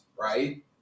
right